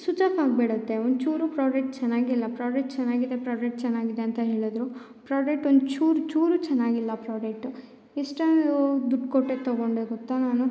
switch off ಆಗಿಬಿಡತ್ತೆ ಒಂಚೂರು product ಚೆನ್ನಾಗಿಲ್ಲ ಪ್ರಾಡೆಟ್ ಚೆನ್ನಾಗಿದೆ ಪ್ರಾಡಕ್ಟ್ ಚೆನ್ನಾಗಿದೆ ಅಂತ ಹೇಳಿದ್ರು ಪ್ರಾಡೆಟ್ ಒಂಚೂರು ಚೂರು ಚೆನ್ನಾಗಿಲ್ಲ ಪ್ರಾಡೆಟ್ ಇಷ್ಟ ದುಡ್ಡು ಕೊಟ್ಟೆ ತಗೊಂಡೆ ಗೊತ್ತ ನಾನು